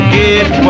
get